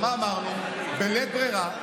אז מה אמרנו בלית ברירה?